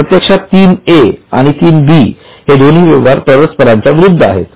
प्रत्यक्षात 3 A व 3 B हे दोन्ही व्यवहार परस्परांच्या विरुद्ध आहेत